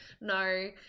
No